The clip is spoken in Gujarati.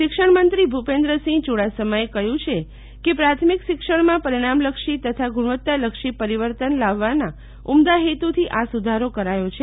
શિક્ષણમંત્રી ભૂપેન્દ્રસિંહ ચુડાસમાએ કહ્યું છે કે પ્રાથમિક શિક્ષણમાં પરિણામલક્ષી તથા ગુણવત્તાલક્ષી પરિવર્તન લાવવાના ઉમદવા હેતુથી આ સુધારો કરાયો છે